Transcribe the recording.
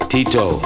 Tito